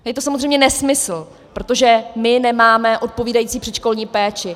Je to samozřejmě nesmysl, protože my nemáme odpovídající předškolní péči.